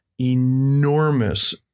enormous